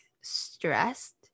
stressed